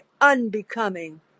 unbecoming